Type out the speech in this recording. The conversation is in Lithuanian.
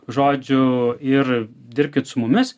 žodžiu ir dirbkit su mumis